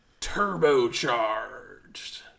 Turbocharged